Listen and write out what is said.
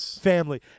family